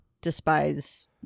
despise